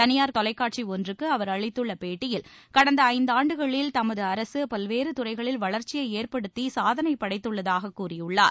தனியார் தொலைக்காட்சி ஒன்றுக்கு அவர் அளித்துள்ள பேட்டியில் கடந்த ஐந்தாண்டுகளில் தமது அரசு பல்வேறு துறைகளில் வளர்ச்சியை ஏற்படுத்தி சாதனைப் படைத்துள்ளதாக கூறியுள்ளார்